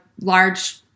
large